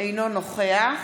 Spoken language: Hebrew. אינו נוכח